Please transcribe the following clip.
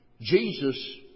Jesus